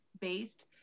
based